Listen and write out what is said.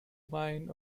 wine